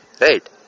right